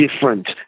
different